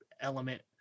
element